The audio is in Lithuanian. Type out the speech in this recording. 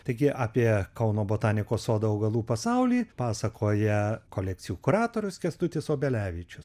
taigi apie kauno botanikos sodo augalų pasaulį pasakoja kolekcijų kuratorius kęstutis obelevičius